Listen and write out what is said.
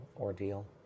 ordeal